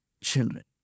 children